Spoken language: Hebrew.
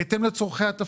בהתאם לצרכי התפקיד.